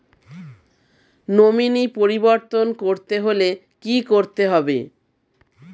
Nominee পরিবর্তন করতে হলে কী করতে হবে?